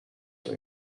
were